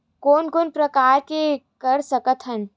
कोन कोन प्रकार के कर सकथ हन?